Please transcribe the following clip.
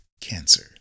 cancer